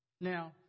Now